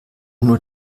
nur